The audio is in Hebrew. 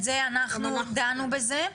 את זה אנחנו דנו בזה.